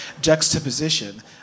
juxtaposition